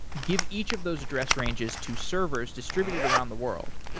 give each of those address ranges to servers distributed around the world.